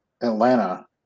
Atlanta